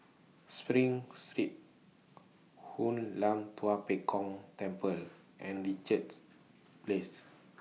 SPRING Street Hoon Lam Tua Pek Kong Temple and Richards Place